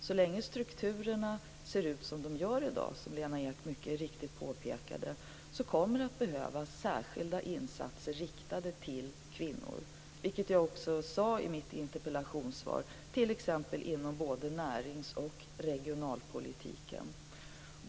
Så länge strukturerna ser ut som de gör i dag, som Lena Ek mycket riktigt påpekade, kommer det att behövas särskilda insatser riktade till kvinnor, t.ex. inom både närings och regionalpolitiken, vilket jag också sade i mitt interpellationssvar.